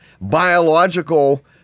biological